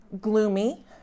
Gloomy